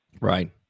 Right